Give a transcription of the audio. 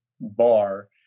bar